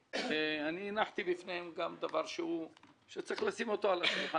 הנחתי בפניהם דבר שצריך לשים אותו על השולחן.